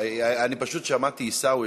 אני פשוט שמעתי "עיסאווי",